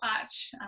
watch